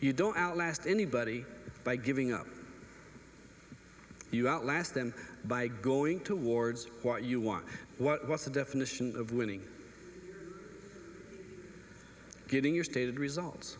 you don't outlast anybody by giving up you outlast them by going towards what you want what what's the definition of winning getting your stated results